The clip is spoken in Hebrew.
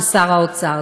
של שר האוצר,